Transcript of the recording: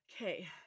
Okay